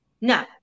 No